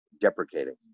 deprecating